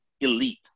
elite